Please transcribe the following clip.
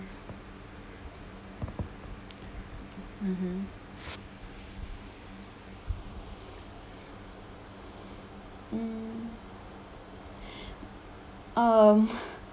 mmhmm mm um